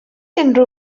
unrhyw